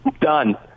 Done